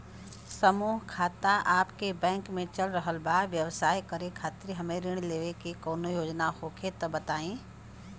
समूह खाता आपके बैंक मे चल रहल बा ब्यवसाय करे खातिर हमे ऋण लेवे के कौनो योजना होखे त बताई?